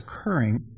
occurring